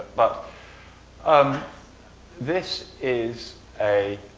but um this is a